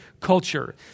culture